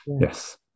yes